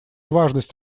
важность